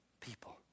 people